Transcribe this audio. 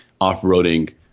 off-roading